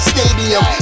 Stadium